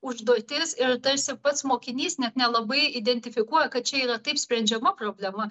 užduotis ir tarsi pats mokinys net nelabai identifikuoja kad čia yra taip sprendžiama problema